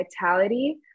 vitality